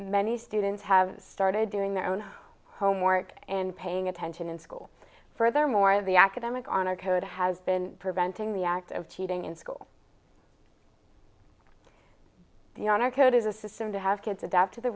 many students have started doing their own homework and paying attention in school furthermore the academic honor code has been preventing the act of cheating in school the honor code is a system to have kids adapt to the